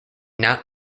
not